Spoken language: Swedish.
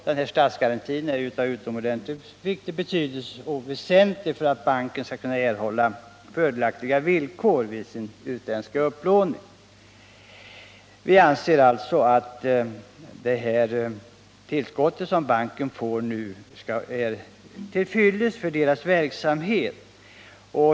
Denna statsgaranti är av utomordentlig betydelse och den är väsentlig för att banken skall erhålla fördelaktiga villkor i sin utländska upplåning. Vi anser alltså att det tillskott som banken nu får är till fyllest för dess verksamhet.